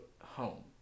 home